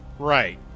right